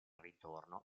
ritorno